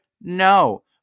No